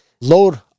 load